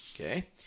Okay